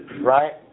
Right